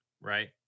right